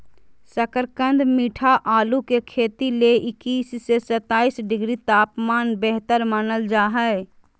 शकरकंद मीठा आलू के खेती ले इक्कीस से सत्ताईस डिग्री तापमान बेहतर मानल जा हय